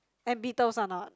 and beetles are not